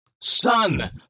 Son